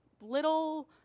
little